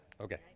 okay